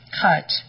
cut